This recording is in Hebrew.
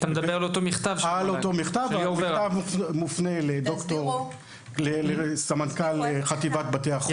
אני מדבר על אותו מכתב שמופנה לסמנכ"ל חטיבת בתי חולים.